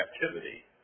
captivity